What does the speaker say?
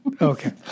Okay